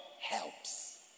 Helps